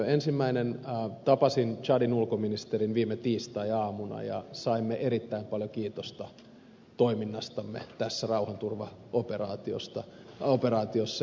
ensinnäkin tapasin tsadin ulkoministerin viime tiistai aamuna ja saimme erittäin paljon kiitosta toiminnastamme tässä rauhanturvaoperaatiossa